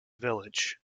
village